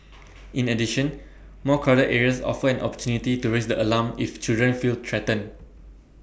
in addition more crowded areas offer an opportunity to raise the alarm if children feel threatened